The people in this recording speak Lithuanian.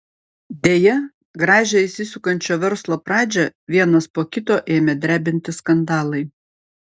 deja gražią įsisukančio verslo pradžią vienas po kito ėmė drebinti skandalai